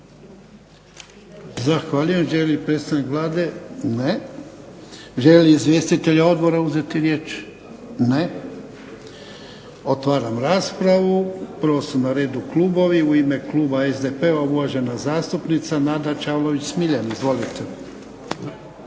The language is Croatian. Zahvaljujem. Želi li predstavnik Vlade? Ne. Žele li izvjestitelji odbora uzeti riječ? Ne. Otvaram raspravu. Prvo su na redu klubovi. U ime kluba SDP-a uvažena zastupnica Nada Čavlović Smiljanec. Izvolite.